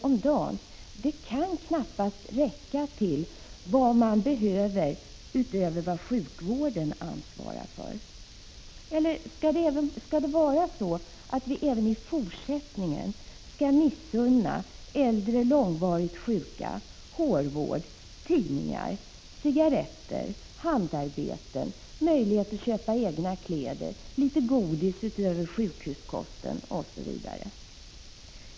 om dagen kan ju knappast räcka till vad man behöver utöver vad sjukhuset ansvarar för. Eller skall vi även i fortsättningen missunna äldre långvarigt sjuka hårvård, tidningar, cigaretter, handarbeten, möjlighet att köpa egna kläder, litet godis utöver sjukhuskosten osv.?